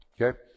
Okay